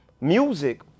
music